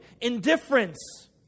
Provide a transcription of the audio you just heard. indifference